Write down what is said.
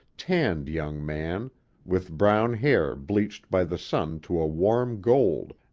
tanned young man with brown hair bleached by the sun to a warm gold,